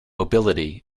mobility